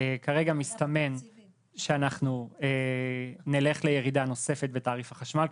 כרגע מסתמן שאנחנו נלך לירידה נוספת בתעריף החשמל.